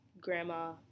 grandma